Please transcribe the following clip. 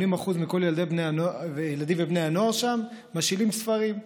80% מכל הילדים ובני הנוער שם שואלים ספרים.